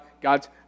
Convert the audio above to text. God's